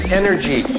energy